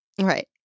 Right